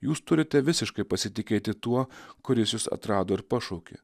jūs turite visiškai pasitikėti tuo kuris jus atrado ir pašaukė